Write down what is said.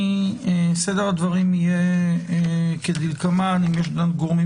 סדר הדברים יהיה כדלקמן: אם יש גורמים